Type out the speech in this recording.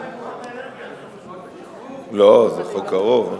גם מקורות אנרגיה, לא, זה חוק ארוך.